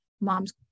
Moms